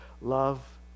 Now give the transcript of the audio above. Love